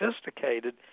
sophisticated